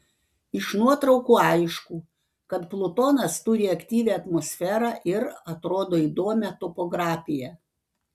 iš nuotraukų aišku kad plutonas turi aktyvią atmosferą ir atrodo įdomią topografiją